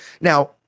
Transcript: Now